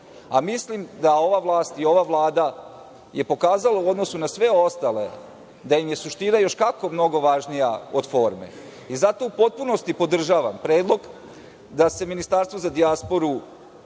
a mislim da ova vlast i ova Vlada je pokazala u odnosu na sve ostale da im je suština još kako mnogo važnija od forme. U potpunosti podržavam predlog, da se ministarstvo za dijasporu